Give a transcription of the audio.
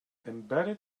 embedded